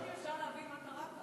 האם אפשר להבין מה קרה כאן?